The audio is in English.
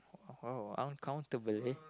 oh uncountable eh